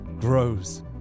grows